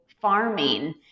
farming